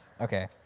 Okay